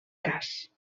cas